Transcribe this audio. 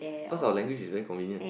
cause our language is very convenient